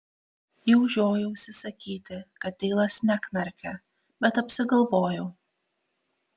jau žiojausi sakyti kad deilas neknarkia bet apsigalvojau